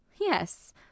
Yes